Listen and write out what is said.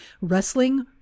wrestling